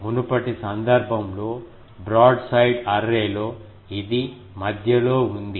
మునుపటి సందర్భంలో broadside array లో ఇది మధ్యలో ఉంది